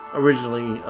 originally